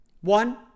One